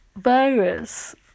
virus